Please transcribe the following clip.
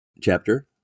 Chapter